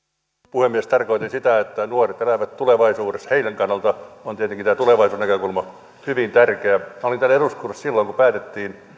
puhemies tarkoitin sitä että nuoret elävät tulevaisuudessa heidän kannaltaan on tietenkin tämä tulevaisuusnäkökulma hyvin tärkeä minä olin täällä eduskunnassa silloin kun päätettiin